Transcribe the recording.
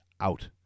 out